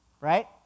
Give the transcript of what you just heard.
Right